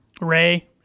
Ray